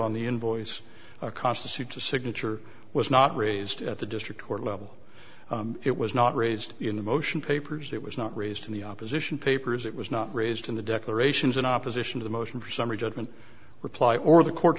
on the invoice constitutes a signature was not raised at the district court level it was not raised in the motion papers it was not raised in the opposition papers it was not raised in the declarations in opposition to the motion for summary judgment reply or the co